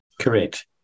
Correct